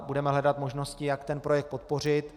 Budeme hledat možnosti, jak ten projekt podpořit.